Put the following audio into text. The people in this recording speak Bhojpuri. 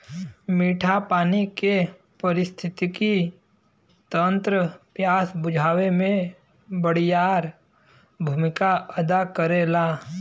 मीठा पानी के पारिस्थितिकी तंत्र प्यास बुझावे में बड़ियार भूमिका अदा करेला